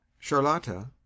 charlotta